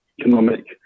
economic